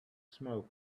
smoke